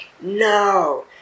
no